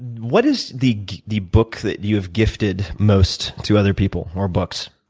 what is the the book that you have gifted most to other people, or books?